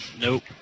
Nope